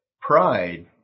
pride